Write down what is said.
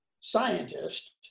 scientist